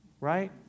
Right